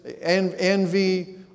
envy